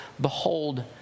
behold